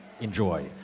enjoy